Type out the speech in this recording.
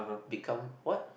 become what